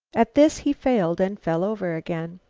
at this he failed, and fell over again.